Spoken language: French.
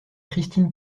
christine